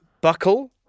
buckle